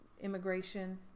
immigration